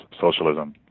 Socialism